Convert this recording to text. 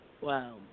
Wow